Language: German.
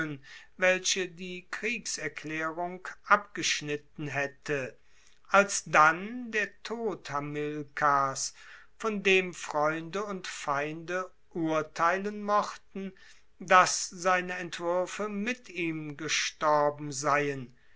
welche die kriegserklaerung abgeschnitten haette alsdann der tod hamilkars von dem freunde und feinde urteilen mochten dass seine entwuerfe mit ihm gestorben seien